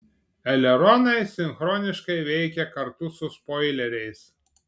eleronai sinchroniškai veikia kartu su spoileriais